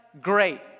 great